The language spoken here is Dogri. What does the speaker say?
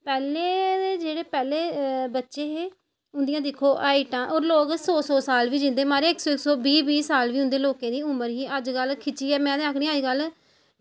पैह्लें दे ते जेह्ड़े पैह्लें दे बच्चे हे उंदियां दिक्खो हाइटां ते ओह् लोग सौ सौ साल बी जींदे हे म्हाराज इक्क सौ बीह् बीह् साल बी उंदे लोकें दी उमर ही अज्जकल खिच्चियै में ते आक्खनी अज्जकल